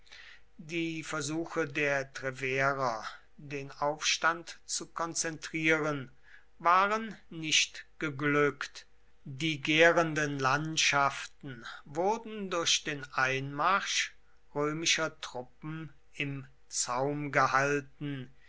die versuche der treverer den aufstand zu konzentrieren waren nicht geglückt die gärenden landschaften wurden durch den einmarsch römischer truppen im zaum gehalten